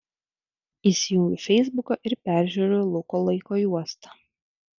įsijungiu feisbuką ir peržiūriu luko laiko juostą